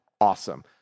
awesome